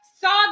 saw